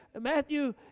Matthew